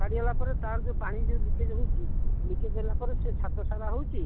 ଛାଡ଼ିଗଲା ପରେ ତା'ର ଯେଉଁ ପାଣି ଯେଉଁ ଲିକେଜ୍ ହେଉଛି ଲିକେଜ୍ ହେଲା ପରେ ସେ ଛାତ ସାରା ହେଉଛି